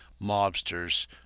mobsters